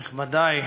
נכבדי,